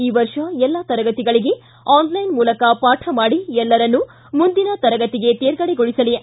ಈ ವರ್ಷ ಎಲ್ಲಾ ತರಗತಿಗಳಿಗೆ ಆನ್ಲೈನ್ ಮೂಲಕ ಪಾಠ ಮಾಡಿ ಎಲ್ಲರನ್ನು ಮುಂದಿನ ತರಗತಿಗೆ ತೇರ್ಗಡೆಗೊಳಿಸಲಿ